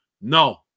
No